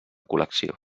col·lecció